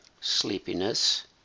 sleepiness